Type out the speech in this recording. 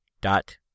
dot